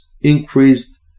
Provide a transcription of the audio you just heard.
increased